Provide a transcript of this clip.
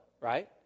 right